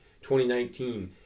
2019